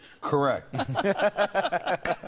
Correct